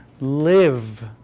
live